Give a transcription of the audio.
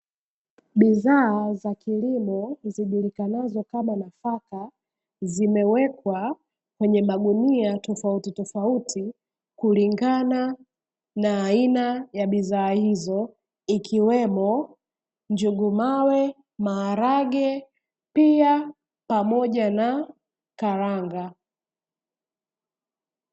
Bidhaa za kilimo zijulikanazo kama nafaka, zimewekwa kwenye magunia tofautitofauti kulingana na aina ya bidhaa hizo, ikiwemo njugu mawe, maharage, pia pamoja na karanga.